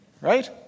right